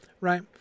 right